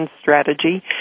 Strategy